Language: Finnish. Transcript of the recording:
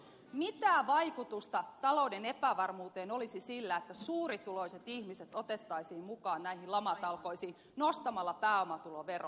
mitä vaikutusta talouden epävarmuuteen olisi sillä että suurituloiset ihmiset otettaisiin mukaan näihin lamatalkoisiin nostamalla pääomatuloveroa